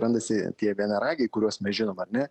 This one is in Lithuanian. randasi tie vienaragiai kuriuos mes žinom ar ne